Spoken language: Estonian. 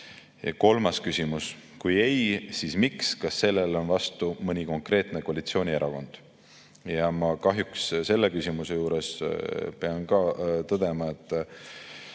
Kolmas küsimus: "Kui ei, siis miks? Kas sellele on vastu mõni konkreetne koalitsioonierakond?" Ma kahjuks selle küsimuse juures pean ka tõdema, et